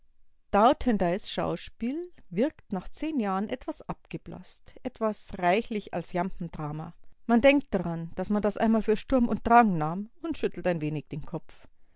lessing-theater dauthendeys schauspiel wirkt nach zehn jahren etwas abgeblaßt etwas reichlich als jambendrama man denkt daran daß man das einmal für sturm und drang nahm und schüttelt ein wenig den kopf